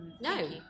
No